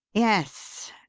yes,